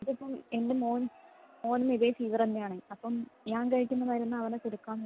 ഇത് ഇപ്പം എൻ്റെ മോൻ മോനും ഇതേ ഫീവർ തന്നെയാണ് അപ്പം ഞാൻ കഴിക്കുന്ന മരുന്ന് അവന് കൊടുക്കാൻ പറ്റുമോ